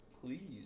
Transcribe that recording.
please